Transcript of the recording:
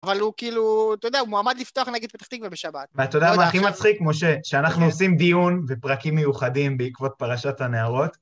אבל הוא כאילו, אתה יודע, הוא מועמד לפתוח נגיד פתח תקוה בשבת. ואתה יודע מה הכי מצחיק, משה? שאנחנו עושים דיון ופרקים מיוחדים בעקבות פרשת הנערות?